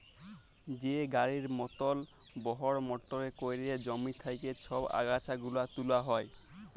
যে গাড়ির মতল বড়হ মটরে ক্যইরে জমি থ্যাইকে ছব আগাছা গুলা তুলা হ্যয়